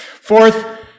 Fourth